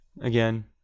again